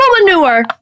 manure